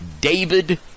David